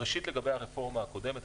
ראשית לגבי הרפורמה הקודמת,